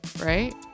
Right